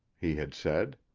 he had said.